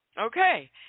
Okay